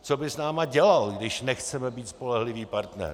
Co by s námi dělal, když nechceme být spolehlivý partner?